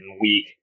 weak